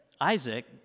Isaac